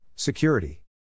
Security